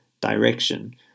direction